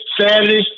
Saturday